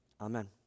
Amen